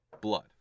Blood